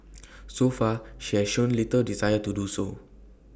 so far she has shown little desire to do so